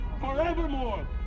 forevermore